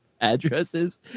addresses